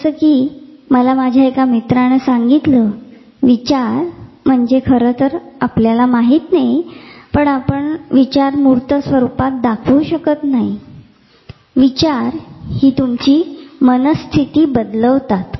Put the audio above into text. जसे कि मला माझ्या एका मित्राने सांगितले विचार म्हणजे आपल्याला माहित नाही आपण विचार मूर्त स्वरूपात दाखवू शकत नाही पण विचार तुमची मनस्थिती बदलवतात